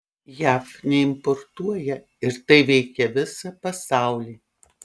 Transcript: jav neimportuoja ir tai veikia visą pasaulį